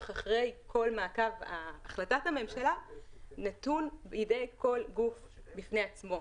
אחרי כל מעקב החלטת הממשלה נתון בידי כל גוף בפני עצמו.